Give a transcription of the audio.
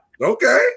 Okay